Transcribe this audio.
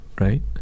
right